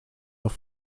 auf